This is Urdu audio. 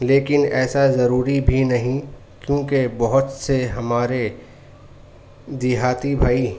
لیکن ایسا ضروری بھی نہیں کیونکہ بہت سے ہمارے دیہاتی بھائی